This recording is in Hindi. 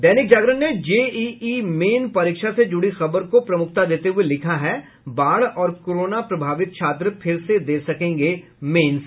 दैनिक जागरण ने जेईई मेन परीक्षा से जुड़ी खबर को प्रमुखता देते हुये लिखा है बाढ़ और कोरोना प्रभावित छात्र फिर से दे सकेंगे मेन्स